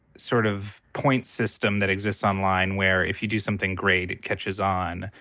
sort of point system that exists online where if you do something great it catches on,